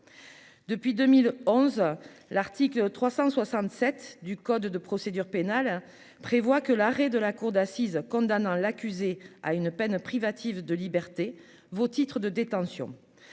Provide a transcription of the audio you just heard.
depuis 2011, l'article 367 du code de procédure pénale prévoit que l'arrêt de la cour d'assises condamnant l'accusé à une peine privative de liberté vos titres de détention